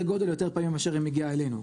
גודל יותר פעמים מאשר היא מגיעה אלינו,